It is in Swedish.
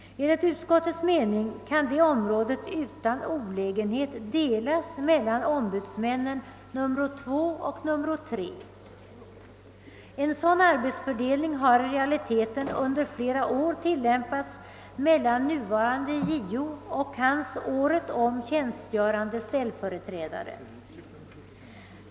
Enligt utskottets mening kan detta område utan olägenhet delas mellan ombudsmannen nummer två och ombudsmannen nummer tre. En sådan arbetsfördelning har i realiteten under flera år tilllämpats mellan nuvarande JO och hans året om tjänstgörande ställföreträdare.